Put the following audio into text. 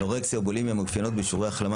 אנורקסיה ובולימיה מאופיינות באחוזי החלמה